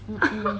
mm mm